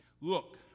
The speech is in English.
Look